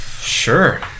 sure